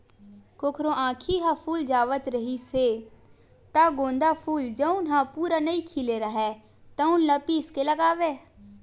कखरो आँखी ह फूल जावत रिहिस हे त गोंदा फूल जउन ह पूरा नइ खिले राहय तउन ल पीस के लगावय